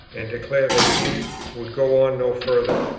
and declare that he would go on no further.